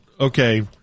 okay